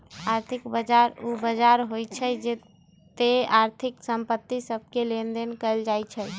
आर्थिक बजार उ बजार होइ छइ जेत्ते आर्थिक संपत्ति सभके लेनदेन कएल जाइ छइ